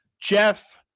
Jeff